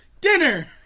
dinner